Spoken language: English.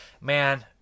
man